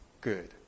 good